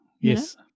Yes